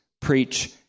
preach